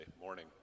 morning